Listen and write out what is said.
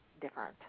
different